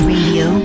Radio